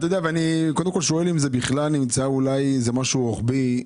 אני קודם כל שואל אולי זה משהו רוחבי.